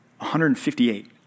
158